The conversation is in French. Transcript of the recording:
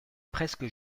presque